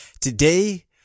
Today